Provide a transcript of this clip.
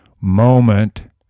moment